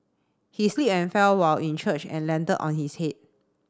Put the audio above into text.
he slipped and fell while in church and landed on his head